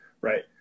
right